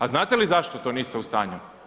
A znate li zašto to niste u stanju?